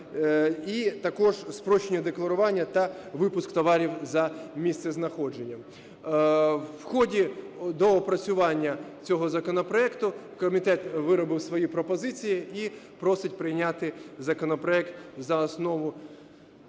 І також спрощення декларування та випуск товарів за місцезнаходженням. В ході доопрацювання цього законопроекту. Комітет виробив свої пропозиції і просить прийняти законопроект за основу